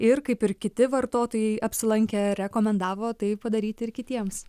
ir kaip ir kiti vartotojai apsilankę rekomendavo tai padaryti ir kitiems